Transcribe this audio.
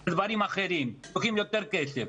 על דברים אחרים, צריכים יותר כסף.